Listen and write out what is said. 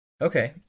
Okay